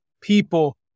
people